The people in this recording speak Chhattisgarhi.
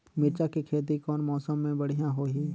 मिरचा के खेती कौन मौसम मे बढ़िया होही?